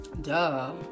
Duh